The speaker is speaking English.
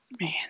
Man